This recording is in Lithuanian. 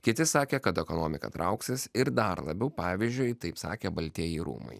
kiti sakė kad ekonomika trauksis ir dar labiau pavyzdžiui taip sakė baltieji rūmai